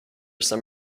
some